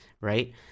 right